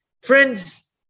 Friends